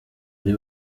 ari